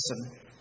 listen